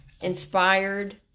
Inspired